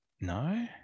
No